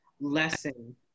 lesson